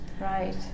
Right